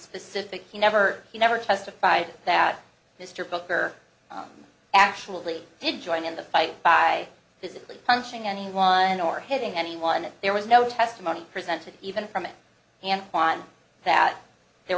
specifics he never he never testified that mr booker actually did join in the fight by physically punching anyone or hitting anyone and there was no testimony presented even from it and on that there